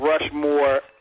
Rushmore